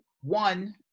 one